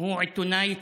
הוא עיתונאי צלם.